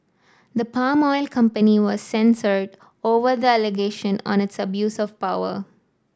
the palm oil company was censured over the allegation on its abuse of power